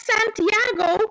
Santiago